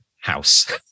house